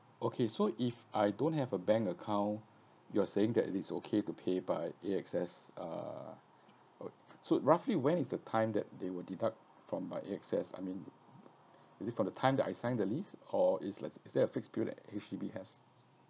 okay so if I don't have a bank account you're saying that it's okay to pay by A_X_S uh oh so roughly when is the time that they will deduct from like A_X_S I mean is it from the time that I signed the list or is like is there a fixed period that H_D_B has